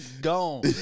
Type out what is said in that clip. Gone